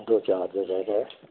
ਦੋ ਚਾਰ ਦਿਨ ਰਹਿ ਕੇ